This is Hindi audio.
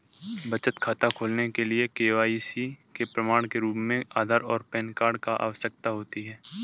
बचत खाता खोलने के लिए के.वाई.सी के प्रमाण के रूप में आधार और पैन कार्ड की आवश्यकता होती है